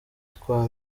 twa